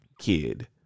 kid